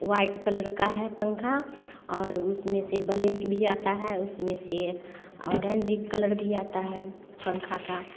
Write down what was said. white colour का है पंखा और उसमें से ब्लैक भी आता है उसमें से ऑरेंज कलर भी आता है पंखा का